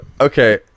Okay